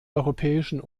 europäischen